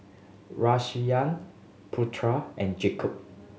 Raisya Putera and Yaakob